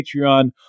Patreon